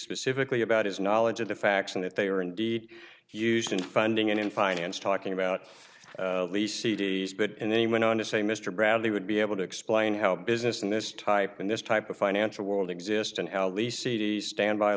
specifically about his knowledge of the facts and that they are indeed used in funding and in finance talking about least cd's but and then he went on to say mr bradley would be able to explain how business in this type in this type of financial world exists and how lisi the standby